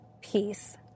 Peace